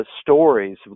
stories